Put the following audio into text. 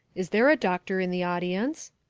is there a doctor in the audience?